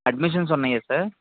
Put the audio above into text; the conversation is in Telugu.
అడ్మిషన్స్ ఉన్నాయా సార్